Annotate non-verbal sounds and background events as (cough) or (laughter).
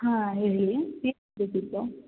ಹಾಂ ಹೇಳಿ ಏನು (unintelligible) ಬೇಕಿತ್ತು